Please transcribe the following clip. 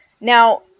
Now